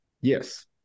Yes